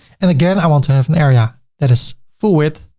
and again, i want to have an area that is full width,